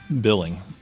billing